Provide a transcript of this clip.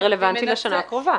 זה רלוונטי לשנה הקרובה.